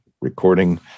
recording